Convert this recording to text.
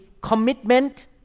commitment